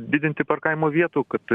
didinti parkavimo vietų kad